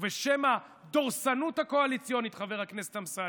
בשם הדורסנות הקואליציונית, חבר הכנסת אמסלם,